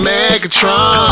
Megatron